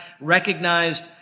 recognized